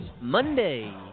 Monday